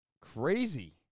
crazy